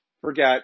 forget